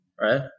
Right